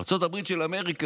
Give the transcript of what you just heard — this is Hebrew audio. ארצות הברית של אמריקה